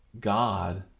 God